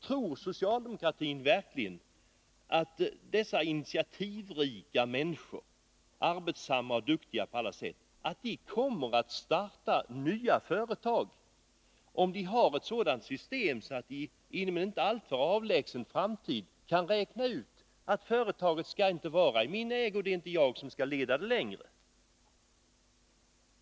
Tror verkligen socialdemokraterna att dessa initiativrika, arbetssamma och på alla sätt duktiga människor kommer att starta nya företag, om vi inför ett system som gör att de kan räkna ut att företagen inom en inte alltför avlägsen framtid inte längre kommer att vara i deras ägo, att det inte längre är de som skall leda dem?